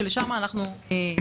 לשם אנחנו צועדים.